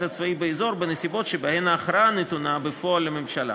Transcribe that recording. הצבאי באזור בנסיבות שבהן ההכרעה נתונה בפועל לממשלה.